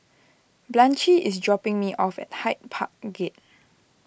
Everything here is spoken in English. Blanchie is dropping me off at Hyde Park Gate